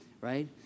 right